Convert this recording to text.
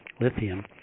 lithium